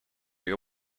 you